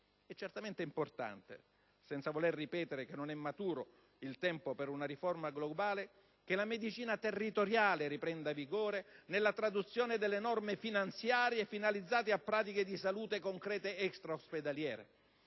È certamente importante, senza volere ripetere che non è maturo il tempo per una riforma globale, che la medicina territoriale riprenda vigore nella traduzione delle norme finanziarie, finalizzate a pratiche di salute concrete extraospedaliere.